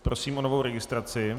Prosím o novou registraci.